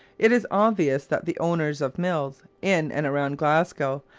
it is obvious that the owners of mills in and around glasgow,